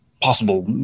possible